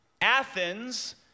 Athens